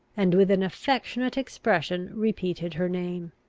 and with an affectionate expression repeated her name.